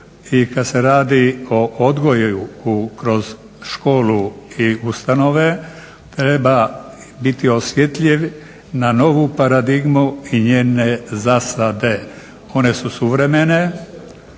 i kad se radi o odgoju kroz školu i ustanove treba biti osjetljiv na novu paradigmu i njene zasade. One su suvremene,